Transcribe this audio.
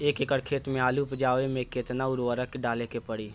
एक एकड़ खेत मे आलू उपजावे मे केतना उर्वरक डाले के पड़ी?